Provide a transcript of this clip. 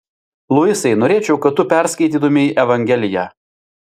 luisai norėčiau kad tu paskaitytumei evangeliją